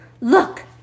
Look